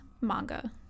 manga